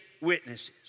witnesses